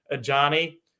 Johnny